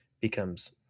becomes